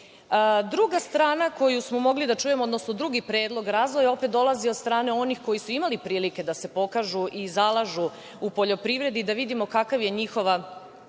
to. Druga strana koju smo mogli da čujemo, odnosno drugi predlog razvoja opet dolazi od strane onih koji su imali prilike da se pokažu i zalažu u poljoprivredi, da vidimo kakva je njihova